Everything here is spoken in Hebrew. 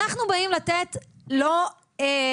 אנחנו באים לתת לא אחריות,